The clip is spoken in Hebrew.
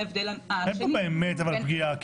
אין פה באמת אבל פגיעה,